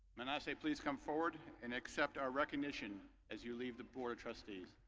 manasseh please come forward and accept our recognition as you leave the board of trustees.